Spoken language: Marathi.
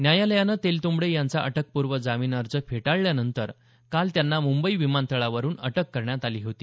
न्यायालयानं तेलतुंबडे यांचा अटकपूर्व जामीन अर्ज फेटाळल्यानंतर काल त्यांना मुंबई विमानतळावरुन अटक करण्यात आली होती